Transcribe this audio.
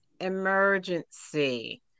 emergency